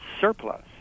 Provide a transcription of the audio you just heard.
surplus